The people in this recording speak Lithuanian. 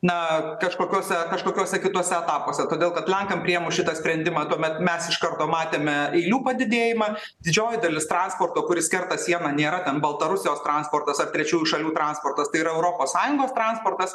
na kažkokiose kažkokiose kitose etapuose todėl kad lenkams priėmus šitą sprendimą tuomet mes iš karto matėme eilių padidėjimą didžioji dalis transporto kuris kerta sieną nėra ten baltarusijos transportas ar trečiųjų šalių transportas tai yra europos sąjungos transportas